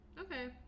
Okay